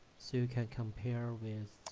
so you can compare with